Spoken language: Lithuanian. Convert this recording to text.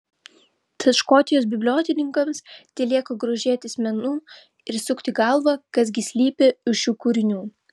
tad škotijos bibliotekininkams telieka grožėtis menu ir sukti galvą kas gi slypi už šių kūrinių